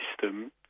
system